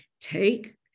take